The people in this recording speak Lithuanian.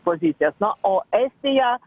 pozicijas na o estija